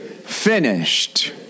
finished